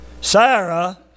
Sarah